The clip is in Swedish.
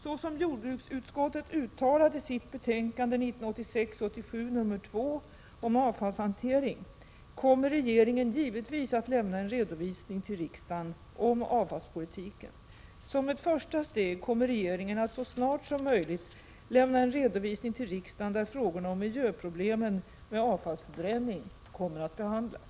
Såsom jordbruksutskottet uttalat i sitt betänkande 1986/87:2 om avfallshantering kommer regeringen givetvis att lämna en redovisning till riksdagen om avfallspolitiken. Som ett första steg kommer regeringen att så snart som möjligt lämna en redovisning till riksdagen där frågorna om miljöproblemen med avfallsförbränning kommer att behandlas.